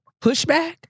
pushback